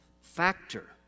factor